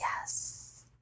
yes